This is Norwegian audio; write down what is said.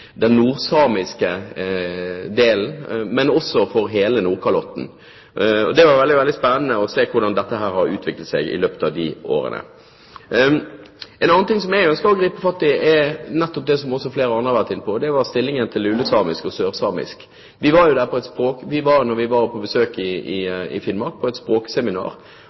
den nordsamiske delen, men også for hele Nordkalotten. Det var veldig spennende å se hvordan dette har utviklet seg i løpet av de årene. Noe annet som jeg ønsker å gripe fatt i, er nettopp det som flere andre har vært inne på, nemlig stillingen til lulesamisk og sørsamisk. Da vi var på besøk i Finnmark, var vi på et